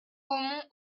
aumont